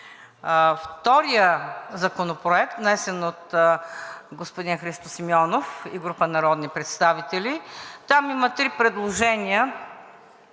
втория Законопроект, внесен от господин Христо Симеонов и група народни представители, там има три предложения.